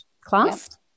class